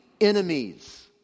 enemies